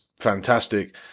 fantastic